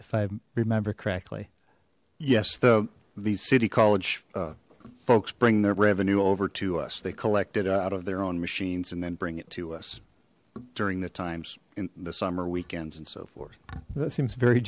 if i remember correctly yes though the city college folks bring their revenue over to us they collected out of their own machines and then bring it to us during the times in the summer weekends and so forth that seems very